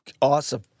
Awesome